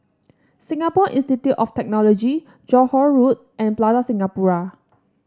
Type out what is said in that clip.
Singapore Institute of Technology Johore Road and Plaza Singapura